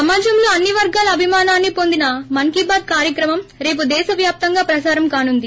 సమాజంలో అన్ని వర్గాల అభిమానాన్ని పొందిన మన్కీ బాత్ కార్యక్రమం రేపు దేశ వ్యాప్తంగా ప్రసారం కానుంది